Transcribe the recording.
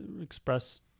Express